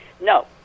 No